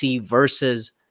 versus